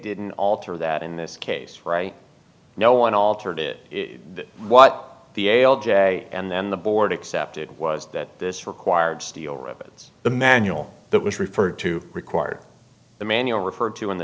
didn't alter that in this case right now one altered it is what the ail jay and then the board accepted was that this required steel rivets the manual that was referred to required the manual referred to in the